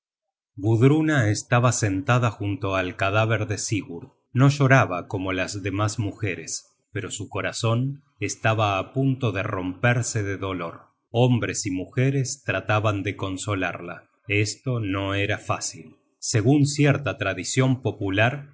gudruna estaba sentada junto al cadáver de sigurd no lloraba como las demas mujeres pero su corazon estaba á punto de romperse de dolor hombres y mujeres trataban de consolarla esto no era fácil segun cierta tradicion popular